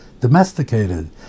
domesticated